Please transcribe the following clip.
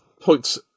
points